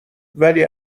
ولی